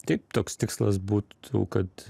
taip toks tikslas būtų kad